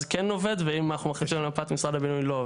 כן עובד ואם אנחנו מחליטים על מפת משרד הבינוי לא עובד.